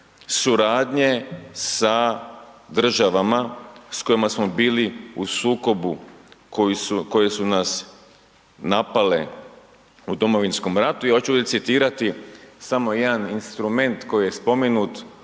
suradnje sa državama s kojima smo bili u sukobu koje su nas napale u Domovinskom ratu i hoću recitirati samo jedan instrument koji je spomenut